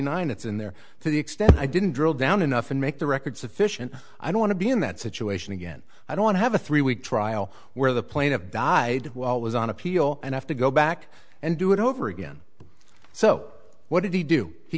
nine it's in there to the extent i didn't drill down enough and make the record sufficient i don't want to be in that situation again i don't have a three week trial where the plane of died well was on appeal and have to go back and do it over again so what did he do he